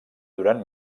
durant